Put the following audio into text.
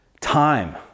time